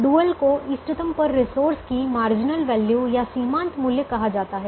dual को इष्टतम पर रिसोर्स की मार्जिनल वैल्यू या सीमांत मूल्य कहा जाता है